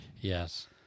Yes